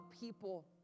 people